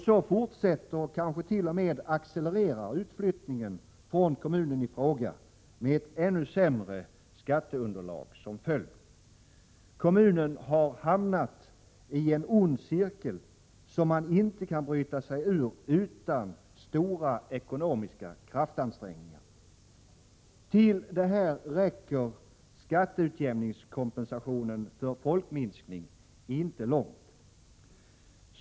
Så fortsätter och kanske t.o.m. accelererar utflyttningen från kommunen i fråga, med ett ännu sämre skatteunderlag som följd. Kommunen har hamnat i en ond cirkel, som man inte kan bryta sig ur utan stora ekonomiska kraftansträngningar. Härvidlag räcker skatteutjämningssystemets kompensation för folkminskning inte långt.